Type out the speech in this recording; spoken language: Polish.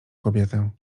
kobietę